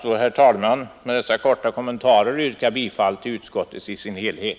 Med dessa korta kommentarer vill jag alltsä, herr talman, yrka bifall till utskottets hemställan i dess helhet.